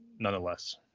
nonetheless